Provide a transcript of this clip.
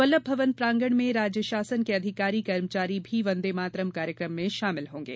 वल्लभ भवन प्रांगण में राज्य शासन के अधिकारी कर्मचारी भी वंदे मातरम् कार्यक्रम में शामिल होंगे